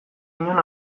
inon